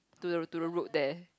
to the to the road there